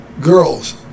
girls